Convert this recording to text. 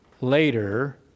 later